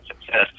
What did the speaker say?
success